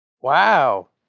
Wow